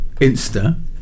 Insta